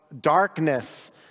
darkness